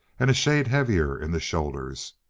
and a shade heavier in the shoulders.